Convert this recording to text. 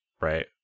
right